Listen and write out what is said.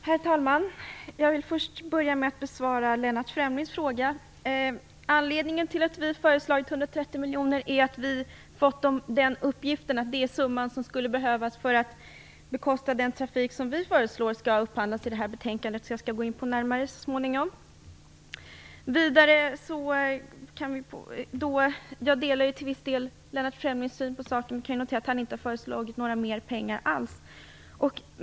Herr talman! Jag vill börja med att besvara Lennart Fremlings fråga. Anledningen till att vi föreslagit 130 miljoner är att vi fått den uppgiften att det är den summa som skulle behövas för att bekosta den trafik som vi föreslår. Det skall jag gå in på så småningom. Jag delar till viss del Lennart Fremlings syn, och jag noterar att han inte föreslagit några anslag alls.